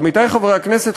עמיתי חברי הכנסת,